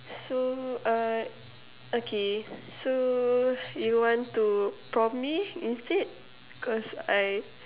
so uh okay so you want to prompt me instead cause I